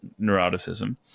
neuroticism